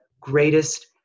greatest